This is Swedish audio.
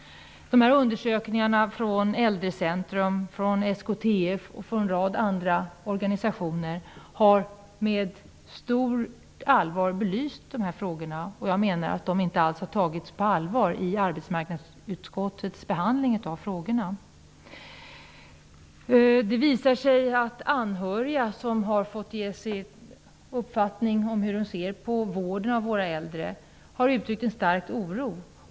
I undersökningarna från Äldrecentrum, SKTF och en rad andra organisationer har dessa frågor belysts med stort allvar. Jag menar att frågorna inte har tagits på allvar vid arbetsmarknadsutskottets behandling. Anhöriga som har fått ge sin uppfattning om hur de ser på vården av de äldre har uttryckt en stark oro.